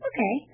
Okay